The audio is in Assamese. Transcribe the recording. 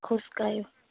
খোজকাঢ়িব